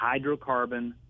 hydrocarbon